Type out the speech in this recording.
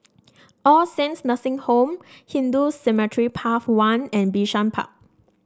All Saints Nursing Home Hindu Cemetery Path one and Bishan Park